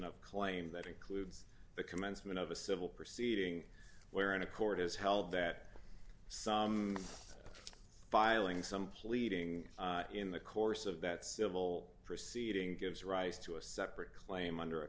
of claim that includes the commencement of a civil proceeding where in a court has held that some filing some pleading in the course of that civil proceeding gives rise to a separate claim under a